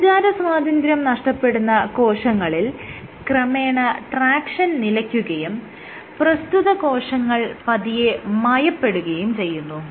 സഞ്ചാരസ്വാതന്ത്ര്യം നഷ്ടപ്പെടുന്ന കോശങ്ങളിൽ ക്രമേണ ട്രാക്ഷൻ നിലയ്ക്കുകയും പ്രസ്തുത കോശങ്ങൾ പതിയെ മയപ്പെടുകയും ചെയ്യുന്നു